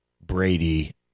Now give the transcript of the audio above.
Brady